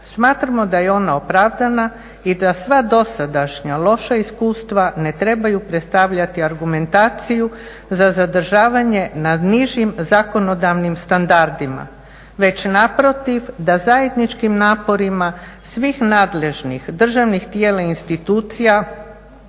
Smatramo da je ona opravdana i da sva dosadašnja iskustva ne trebaju predstavljati argumentaciju za zadržavanje na nižim zakonodavnim standardima već naprotiv da zajedničkim naporima svih nadležnih državnih tijela i institucija